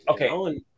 Okay